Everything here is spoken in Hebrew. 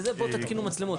בואו תתקינו מצלמות".